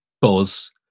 buzz